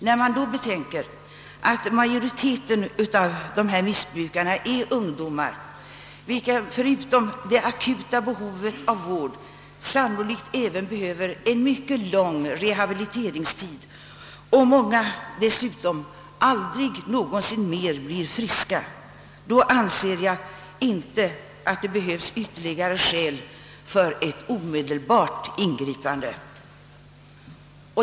När man då betänker att majoriteten av dessa missbrukare är ungdomar, vilka förutom det akuta behovet av vård sannolikt även behöver en mycket lång rehabiliteringstid, och att många dessutom aldrig någonsin mer blir friska, anser jag inte att det behövs ytterligare skäl för ett omedelbart ingripande.